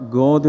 go